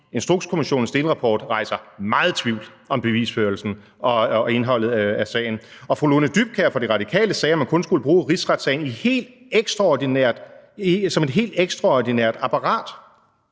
Instrukskommissionens delrapport rejser meget tvivl om bevisførelsen og indholdet af sagen. Og fru Lone Dybkjær fra De Radikale sagde, at man kun skulle bruge en rigsretssag som et helt ekstraordinært apparat.